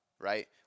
right